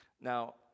now